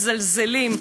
מזלזלים.